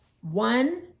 one